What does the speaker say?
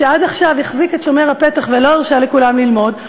שעד עכשיו החזיק את שומר הפתח ולא הרשה לכולם ללמוד,